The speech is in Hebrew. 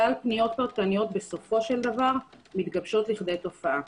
שלל פניות פרטניות בסופו של דבר מתגבשות לידי תופעה,